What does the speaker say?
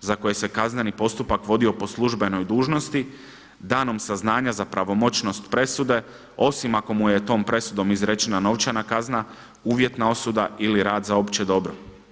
za koje se kazneni postupak vodio po službenoj dužnosti, danom saznanja za pravomoćnost presude osim ako mu je tom presudom izrečena novčana kazna, uvjetna osuda ili rad za opće dobro.